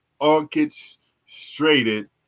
orchestrated